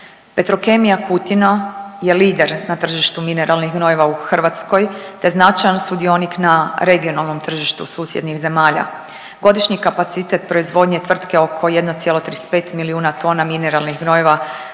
Petrokemija Kutina je lider na tržištu mineralnih gnojiva u Hrvatskoj te značajan sudionik na regionalnom tržištu susjednih zemalja. Godišnji kapacitet proizvodnje tvrtke oko 1,25 milijuna tona mineralnih gnojiva